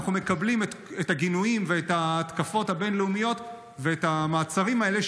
אנחנו מקבלים את הגינויים ואת ההתקפות הבין-לאומיות ואת המעצרים האלה,